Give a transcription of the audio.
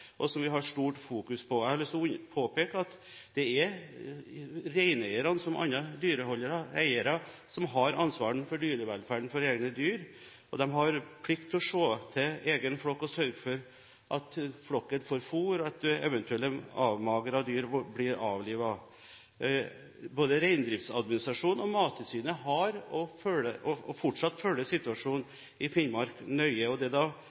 og som vi har stort fokus på. Jeg har lyst til å påpeke at det er reineierne, som andre dyreholdere og -eiere, som har ansvaret for dyrevelferden for egne dyr. De har plikt til å se etter egen flokk, sørge for at flokken får fôr, og at eventuelle avmagrede dyr blir avlivet. Både reindriftsadministrasjonen og Mattilsynet har fulgt og følger fortsatt situasjonen i Finnmark nøye, og det er